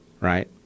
right